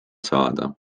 saada